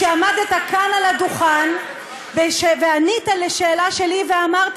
כשעמדת כאן על הדוכן וענית לשאלה שלי ואמרת